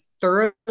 thoroughly